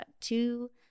two